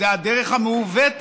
זו הדרך המעוותת,